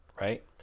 right